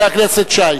חבר הכנסת שי.